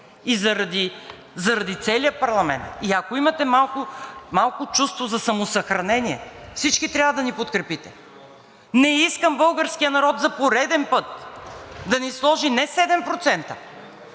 и заради целия парламент, и ако имате малко чувство за самосъхранение, всички трябва да ни подкрепите. Не искам българският народ за пореден път да ни сложи не 7%,